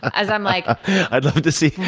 as i'm like i'd love to see that.